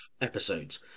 episodes